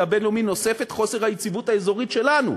הבין-לאומי נוסף חוסר היציבות האזורית שלנו,